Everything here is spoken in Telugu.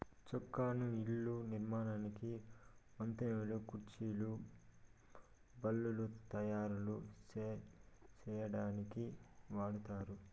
చెక్కను ఇళ్ళ నిర్మాణానికి, వంతెనలు, కుర్చీలు, బల్లలు తాయారు సేయటానికి వాడతారు